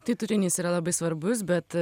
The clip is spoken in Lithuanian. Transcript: tai turinys yra labai svarbus bet